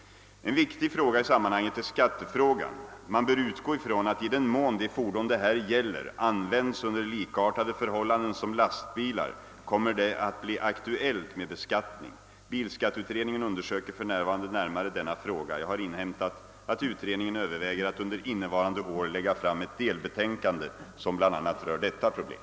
En viktig fråga i sammanhanget är skattefrågan. Man bör utgå ifrån att i den mån de fordon det här gäller används under likartade förhållanden som lastbilar kommer det att bli aktuellt med beskattning. Bilskatteutredningen undersöker för närvarande närmare denna fråga. Jag har inhämtat att utredningen överväger att under innevarande år lägga fram ett delbetänkande som bl.a. rör detta problem.